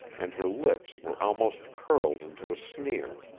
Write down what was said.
and her lips were almost curled into a sneer,